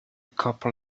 couple